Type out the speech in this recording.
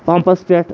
pumps پٮ۪ٹھ